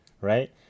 right